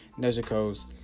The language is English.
Nezuko's